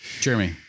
Jeremy